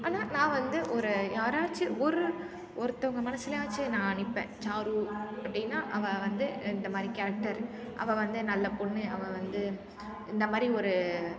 ஆனால் நான் வந்து ஒரு யாராச்சும் ஒரு ஒருத்தவங்க மனசுலயாச்சும் நான் நிற்பேன் சாரு அப்படின்னா அவள் வந்து இந்தமாதிரி கேரக்டர் அவள் வந்து நல்லப்பொண்ணு அவள் வந்து இந்தமாதிரி ஒரு